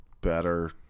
better